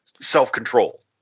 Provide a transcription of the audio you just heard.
self-control